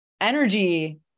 energy